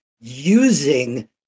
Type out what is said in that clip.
using